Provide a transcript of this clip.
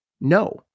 no